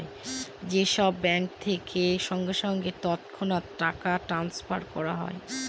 যে সব ব্যাঙ্ক থেকে সঙ্গে সঙ্গে তৎক্ষণাৎ টাকা ট্রাস্নফার করা হয়